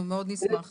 אנחנו מאוד נשמח.